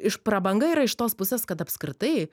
iš prabanga yra iš tos pusės kad apskritai